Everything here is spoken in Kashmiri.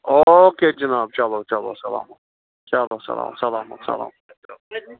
او کے جناب چلو چلو سلامت چلو سلامت سلامت سلامت